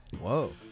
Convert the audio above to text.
Whoa